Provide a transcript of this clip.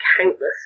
countless